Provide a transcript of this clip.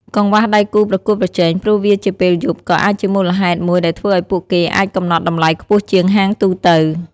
កង្វះដៃគូប្រកួតប្រជែង ព្រោះវាជាពេលយប់ ក៏អាចជាមូលហេតុមួយដែលធ្វើឲ្យពួកគេអាចកំណត់តម្លៃខ្ពស់ជាងហាងទូទៅ។